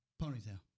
Ponytail